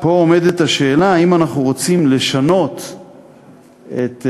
פה עומדת השאלה אם אנחנו רוצים לשנות את